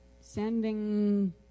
sending